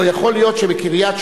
לא יכול להיות שבקריית-שמונה,